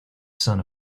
sun